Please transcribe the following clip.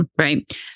right